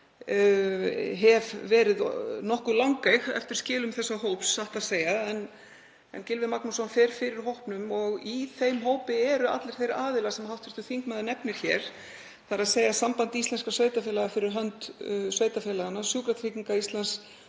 hef verið nokkuð langeyg eftir skilum þessa hóps, satt að segja. Gylfi Magnússon fer fyrir hópnum og í honum eru allir þeir aðilar sem hv. þingmaður nefnir hér, þ.e. Sambandi íslenskra sveitarfélaga fyrir hönd sveitarfélaganna, Sjúkratryggingar Íslands